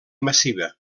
massiva